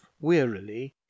wearily